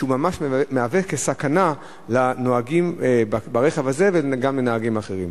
וזה ממש מהווה סכנה לנוהגים ברכב הזה וגם לנהגים אחרים.